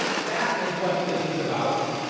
that is what this is about,